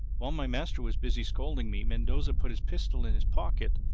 while my master was busy scolding me mendoza put his pistol in his pocket,